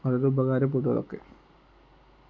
അതൊക്കെ ഉപകാരപ്പെടും അതൊക്കെ